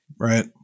Right